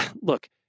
Look